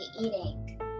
eating